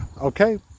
Okay